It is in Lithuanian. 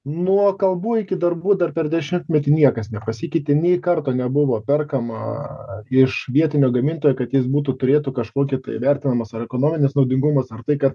nuo kalbų iki darbų dar per dešimtmetį niekas nepasikeitė nė karto nebuvo perkama iš vietinio gamintojo kad jis būtų turėtų kažkokį tai vertinamas ar ekonominis naudingumas ar tai kad